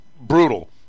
brutal